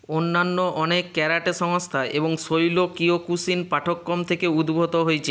অন্যান্য অনেক ক্যারাটে সংস্থা এবং শৈল কিয়োকুশিন পাঠ্যক্রম থেকে উদ্ভূত হয়েছে